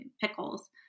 pickles